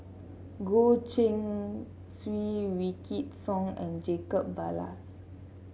Goh Keng Swee Wykidd Song and Jacob Ballas